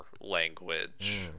language